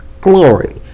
glory